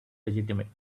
legitimate